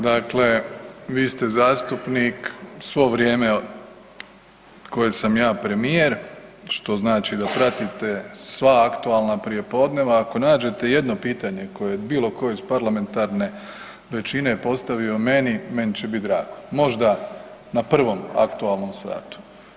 Dakle, vi ste zastupnik svo vrijeme koje sam ja premijer, što znači da pratite sva aktualna prijepodneva, ako nađete ijedno pitanje koje je bilo ko iz parlamentarne većine postavio meni, meni će bit drago, možda na prvom aktualnom satu.